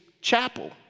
chapel